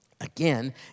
again